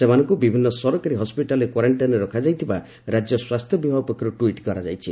ସେମାନଙ୍କୁ ବିଭିନ୍ନ ସରକାରୀ ହସ୍କିଟାଲରେ କ୍ୱାରେଷ୍ଟାଇନ୍ରେ ରଖାଯାଇଥିବା ରାଜ୍ୟ ସ୍ୱାସ୍ଥ୍ୟ ବିଭାଗ ଟ୍ୱିଟ୍ କରିଛି